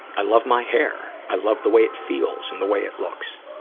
i love my hair. i love the way it feels and the way it looks.